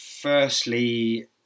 firstly